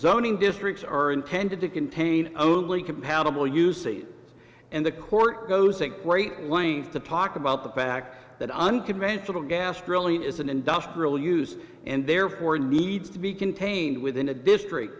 zoning districts are intended to contain only compatible uses and the court goes a great length to talk about the fact that unconventional gas drilling is an industrial use and therefore needs to be contained within a district